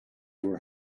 were